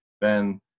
Ben